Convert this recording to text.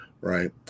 Right